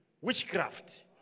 witchcraft